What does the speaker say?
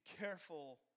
careful